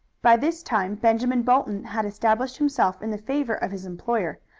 by this time benjamin bolton had established himself in the favor of his employer,